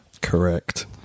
Correct